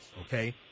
okay